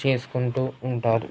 చేసుకుంటూ ఉంటారు